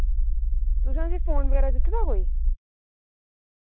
तुसें उस्सी फोन बगैरा दित्ते दा कोई